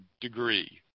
degree